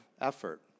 effort